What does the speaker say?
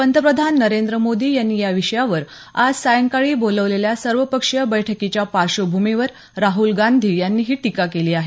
पंतप्रधान नरेंद्र मोदी यांनी या विषयावर आज सायंकाळी बोलावलेल्या सर्वपक्षीय बैठकीच्या पार्श्वभूमीवर राहल गांधी यांनी ही टीका केली आहे